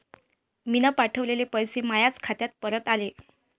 मीन पावठवलेले पैसे मायाच खात्यात परत आले